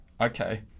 Okay